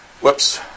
Whoops